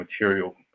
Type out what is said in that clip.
material